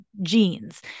genes